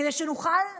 כדי שנוכל לדעת,